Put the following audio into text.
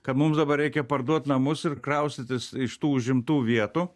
kad mums dabar reikia parduot namus ir kraustytis iš tų užimtų vietų